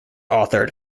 authored